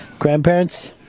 Grandparents